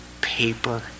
paper